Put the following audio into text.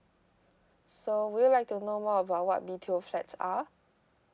so would you like to know more about what B_T_O flats are